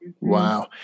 Wow